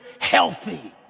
healthy